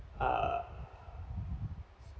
uh